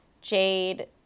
Jade